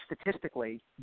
statistically